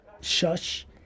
shush